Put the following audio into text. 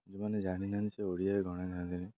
ଯେଉଁମାନେ ଜାଣିନାହାନ୍ତି ସେ ଓଡ଼ିଆ ଜାଣିନାହାନ୍ତିି